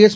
S